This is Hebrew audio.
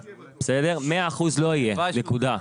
נקודה.